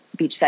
beachside